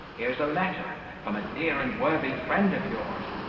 here's a letter from a dear and worthy friend of yours.